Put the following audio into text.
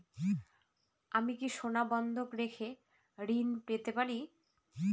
আমি কি সোনা বন্ধক রেখে ঋণ পেতে পারি?